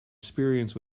experience